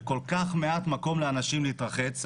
וכל-כך מעט מקום לאנשים להתרחץ.